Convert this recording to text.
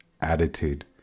attitude